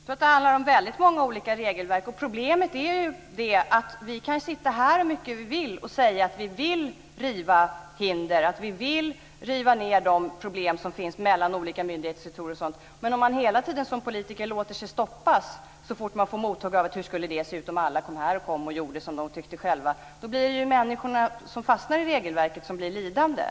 Fru talman! Jag tror att det handlar om väldigt många olika regelverk. Problemet är att vi kan sitta här hur mycket som helst och säga att vi vill riva hinder och lösa de problem som finns mellan olika myndigheter, sektorer osv. Men om man hela tiden som politiker låter sig stoppas så fort man får mothugg som "hur skulle det se ut om alla kom här och gjorde som de tyckte", blir det människorna som fastnar i regelverket som blir lidande.